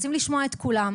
רוצים לשמוע את כולם.